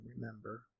remember